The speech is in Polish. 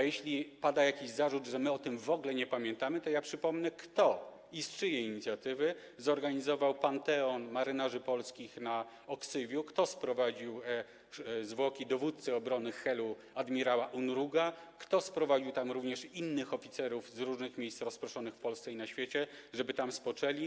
Jeśli pada jakiś zarzut, że my o tym w ogóle nie pamiętamy, to ja przypomnę, z czyjej inicjatywy zorganizowano panteon marynarzy polskich na Oksywiu, żeby taki panteon powstał, kto sprowadził zwłoki dowódcy obrony Helu adm. Unruga, kto sprowadził tam również innych oficerów z różnych miejsc rozproszonych w Polsce i na świecie, żeby tam spoczęli.